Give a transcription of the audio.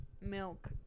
Milk